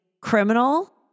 criminal